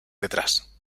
detrás